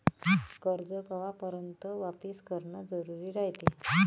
कर्ज कवापर्यंत वापिस करन जरुरी रायते?